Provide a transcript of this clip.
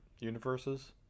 universes